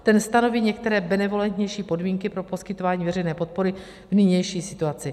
Ten stanoví některé benevolentnější podmínky pro poskytování veřejné podpory v nynější situaci.